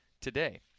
today